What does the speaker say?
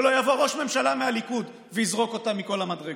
שלא יבוא ראש ממשלה מהליכוד ויזרוק אותן מכל המדרגות.